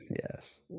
Yes